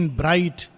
bright